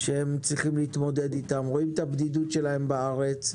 שהם צריכים להתמודד איתן, את הבדידות שלהם בארץ,